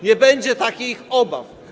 Nie będzie takich obaw.